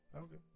Okay